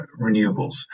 renewables